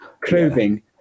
clothing